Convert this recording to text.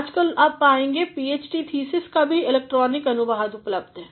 आजकल आप पाएंगे पीएचडी थीसिस का भी इलेक्ट्रॉनिकअनुवादउपलब्ध है